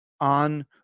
on